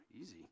easy